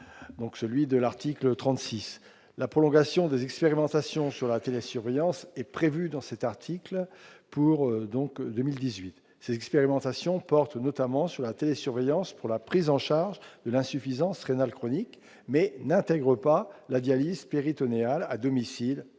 celui de l'article 36 la prolongation des expérimentations sur la télésurveillance est prévue dans cet article pour donc 2018 c'est expérimentation porte notamment sur la télésurveillance pour la prise en charge de l'insuffisance rénale chronique mais n'intègre pas la dialyse péritonéale à domicile